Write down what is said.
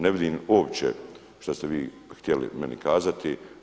Ne vidim uopće što ste vi htjeli meni kazati.